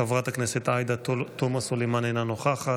חברת הכנסת עאידה תומא סלימאן, אינה נוכחת.